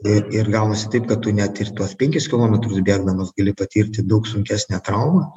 ir ir gaunasi taip kad tu net ir tuos penkis kilometrus bėgdamas gali patirti daug sunkesnę traumą